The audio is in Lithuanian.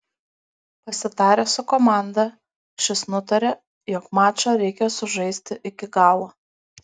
pasitaręs su komanda šis nutarė jog mačą reikia sužaisti iki galo